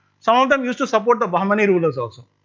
some of them used to support the bahmani rulers also.